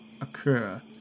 occur